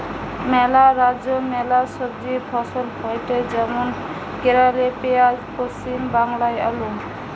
ম্যালা রাজ্যে ম্যালা সবজি ফসল হয়টে যেমন কেরালে পেঁয়াজ, পশ্চিম বাংলায় আলু